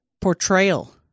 portrayal